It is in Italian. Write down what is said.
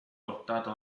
portato